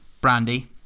Brandy